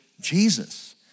Jesus